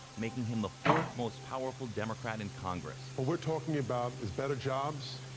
making him the fourth most powerful democrat in congress. what we're talking about is better jobs,